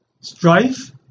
strife